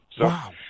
Wow